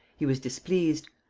he was displeased.